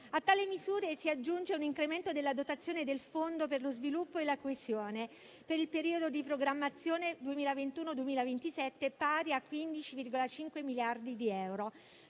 A tali misure si aggiunge un incremento della dotazione del fondo per lo sviluppo e la coesione per il periodo di programmazione 2021-2027, pari a 15,5 miliardi di euro.